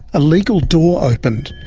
a legal door opened,